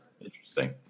Interesting